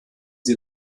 sie